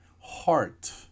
heart